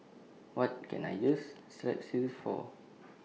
What Can I use Strepsils For